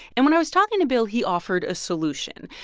and when i was talking to bill, he offered a solution.